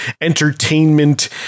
entertainment